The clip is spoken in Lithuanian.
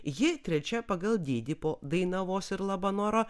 ji trečia pagal dydį po dainavos ir labanoro